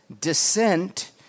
descent